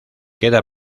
queda